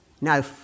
no